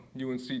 UNC